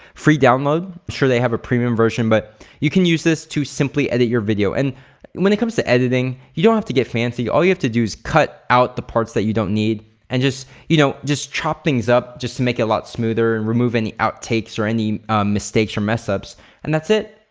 free download. i'm sure they have a premium version but you can use this to simply edit your video and and when it comes to editing you don't have to get fancy. fancy. all you have to do is cut out the parts that you don't need and just, you know just chop things up just to make it a lot smoother and remove and outtakes or any mistakes or mess ups and that's it,